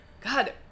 God